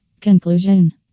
Conclusion